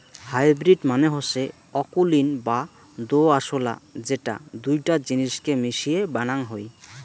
hybrid মানে হসে অকুলীন বা দোআঁশলা যেটা দুইটা জিনিসকে মিশিয়ে বানাং হই